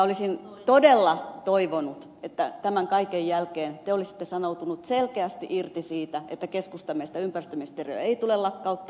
olisin todella toivonut että tämän kaiken jälkeen te olisitte sanoutunut selkeästi irti tuosta asiasta ja sanonut että keskustan mielestä ympäristöministeriötä ei tule lakkauttaa